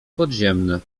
podziemne